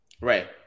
Right